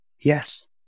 Yes